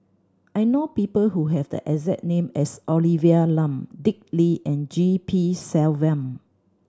I know people who have the exact name as Olivia Lum Dick Lee and G P Selvam